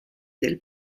del